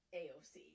aoc